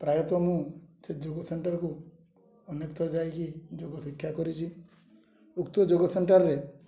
ପ୍ରାୟତଃ ମୁଁ ସେ ଯୋଗ ସେଣ୍ଟର୍କୁ ଅନେକଥର ଯାଇକି ଯୋଗ ଶିକ୍ଷା କରିଛି ଉକ୍ତ ଯୋଗ ସେଣ୍ଟର୍ରେ